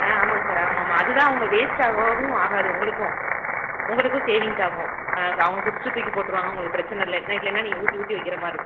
ஆ ஆமாங்க சார் ஆமாம் ஆமாம் அது தான் அவங்க வேஸ்ட்டாவாகவும் ஆகாது உங்களுக்கும் உங்களுக்கும் சேவிங்ஸ் ஆகும் அவங்க குடித்து தூக்கி போட்டுருவாங்க உங்களுக்கு பிரச்சின இல்லை என்ன இல்லைன்னா நீங்கள் ஊற்றி ஊற்றி வைக்கிர மாதிரிருக்கும்